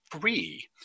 free